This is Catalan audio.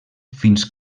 fins